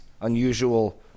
unusual